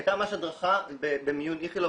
הייתה ממש הדרכה במיון איכילוב,